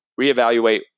reevaluate